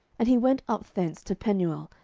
and he went up thence to penuel,